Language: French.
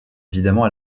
évidemment